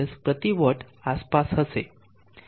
50CW આસપાસ હશે